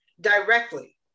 directly